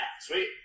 sweet